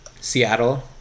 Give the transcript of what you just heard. Seattle